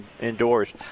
indoors